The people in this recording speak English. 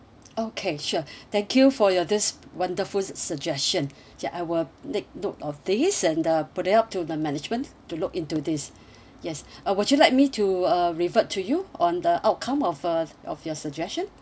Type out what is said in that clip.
okay sure thank you for your this wonderful suggestion ya I will take note of this and uh put it up to the management to look into this yes uh would you like me to uh revert to you on the outcome of uh of your suggestion